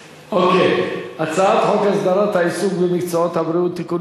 בסדר-היום: הצעת חוק הסדרת העיסוק במקצועות הבריאות (תיקון